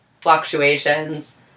fluctuations